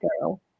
girl